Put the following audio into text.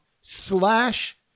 slash